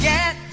Get